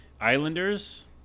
Islanders